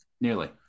Nearly